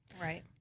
right